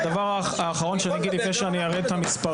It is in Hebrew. הדבר האחרון שאני אגיד לפני שאני אעלה את המספרים.